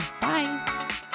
Bye